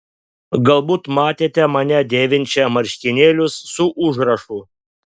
galbūt matėte mane dėvinčią marškinėlius su užrašu